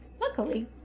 Luckily